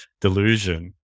delusion